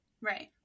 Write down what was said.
Right